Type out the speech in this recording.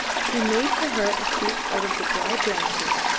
he made for her a seat out of the dry branches,